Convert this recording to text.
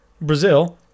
Brazil